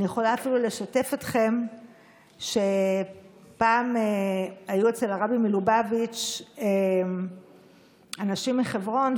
אני יכולה אפילו לשתף אתכם שפעם היו אצל הרבי מלובביץ' אנשים מחברון,